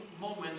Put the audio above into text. moment